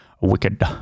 wicked